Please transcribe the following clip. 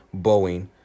Boeing